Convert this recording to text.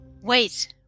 Wait